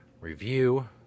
review